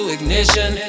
Ignition